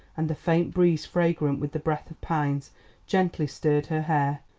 and the faint breeze fragrant with the breath of pines gently stirred her hair.